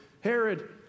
Herod